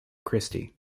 christie